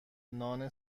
نان